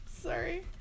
Sorry